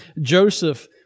Joseph